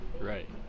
Right